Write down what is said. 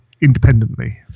independently